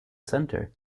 center